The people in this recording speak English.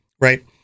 Right